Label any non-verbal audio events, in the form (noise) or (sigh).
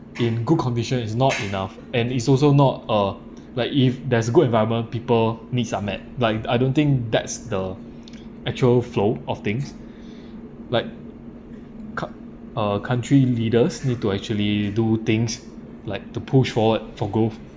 in good condition is not enough and it's also not a (noise) like if there's a good environment people needs are met like I don't think that's the (noise) actual flow of things (breath) like co~ uh country leaders need to actually do things like to push forward for growth